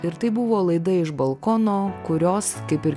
ir tai buvo laida iš balkono kurios kaip ir